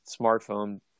smartphone